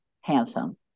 handsome